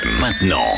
Maintenant